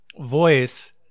voice